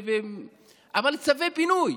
אבל צווי פינוי,